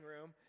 room